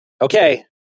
okay